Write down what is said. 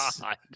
God